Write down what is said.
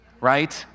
right